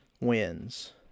wins